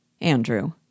Andrew